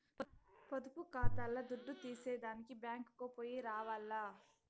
పొదుపు కాతాల్ల దుడ్డు తీసేదానికి బ్యేంకుకో పొయ్యి రావాల్ల